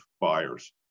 buyers